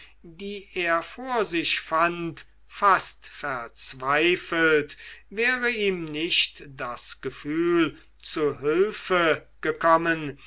die er vor sich fand fast verzweifelt wäre ihm nicht das gefühl zu hülfe gekommen